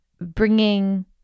bringing